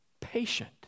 patient